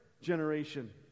generation